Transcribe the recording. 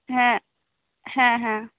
ᱦᱮᱸ ᱦᱮᱸᱦᱮᱸ